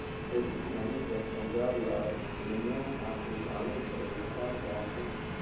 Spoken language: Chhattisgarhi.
खेती किसानी कर अउजार ल बनोइया आघु गाँवे घरे भेटाए जात रहिन